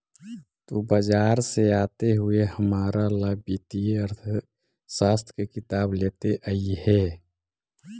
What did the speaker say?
तु बाजार से आते हुए हमारा ला वित्तीय अर्थशास्त्र की किताब लेते अइहे